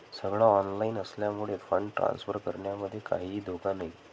सगळ ऑनलाइन असल्यामुळे fund transfer करण्यामध्ये काहीही धोका नाही